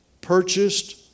purchased